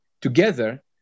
together